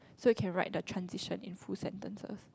so you can write the transition in full sentences